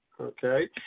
okay